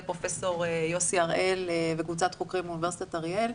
פרופ' יוסי הראל בקבוצת חוקרים מאונ' אריאל,